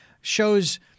shows